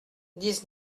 dix